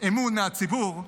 אמון מהציבור,